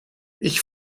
ich